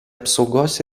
apsaugos